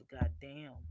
goddamn